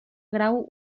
grau